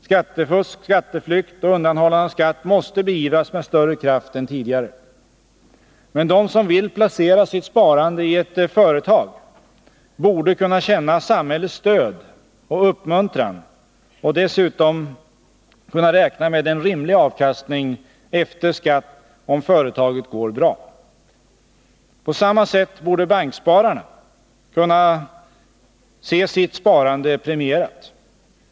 Skattefusk, skatteflykt och undanhållande av skatt måste beivras med större kraft än tidigare. Men de som vill placera sitt sparande i ett företag borde kunna känna samhällets stöd och uppmuntran och dessutom kunna räkna med en rimlig avkastning efter skatt om företaget går bra. På samma sätt borde bankspararna kunna se sitt sparande premierat.